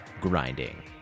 grinding